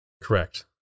Correct